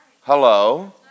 Hello